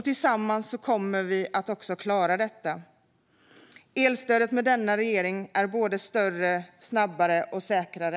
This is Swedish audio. Tillsammans kommer vi att klara detta. Elstödet med denna regering är större, snabbare och säkrare.